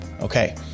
okay